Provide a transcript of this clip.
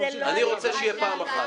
אני רוצה שיהיה עם אחת.